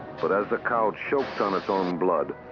but as the cow choked on its own blood,